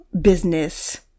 business